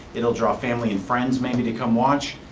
it'll draw family and friends maybe to come watch,